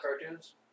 cartoons